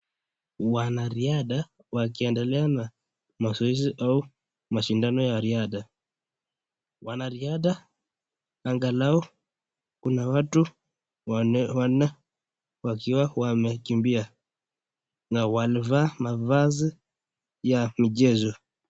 Wanariadha wakiendelea na mazoezi au mashindano ya riadha, wanariadha angalau kuna watu wanne wakiwa wamekimbia na wamevaa mavazi ya michezo.